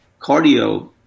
cardio